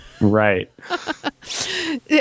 Right